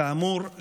כאמור,